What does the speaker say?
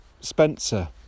Spencer